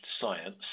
science